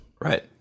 right